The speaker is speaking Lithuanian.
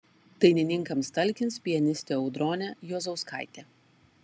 dainininkams talkins pianistė audronė juozauskaitė